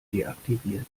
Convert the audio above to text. deaktiviert